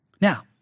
Now